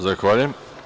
Zahvaljujem.